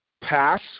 pass